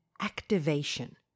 Activation